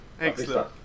Excellent